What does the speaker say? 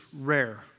rare